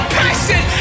passion